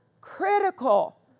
critical